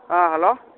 ꯑꯥ hello